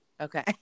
Okay